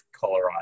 Colorado